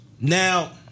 Now